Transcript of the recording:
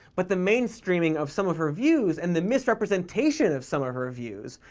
but the mainstreaming of some of her views, and the misrepresentation of some of her views,